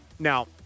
Now